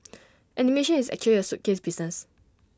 animation is actually A suitcase business